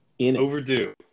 Overdue